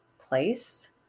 place